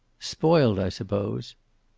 spoiled, i suppose.